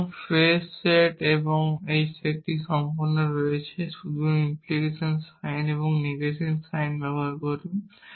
সুতরাং phrase set এই সেটটি সম্পূর্ণ হয়েছে শুধু ইমপ্লিকেশন সাইন এবং নেগেশান সাইন ব্যবহার করুন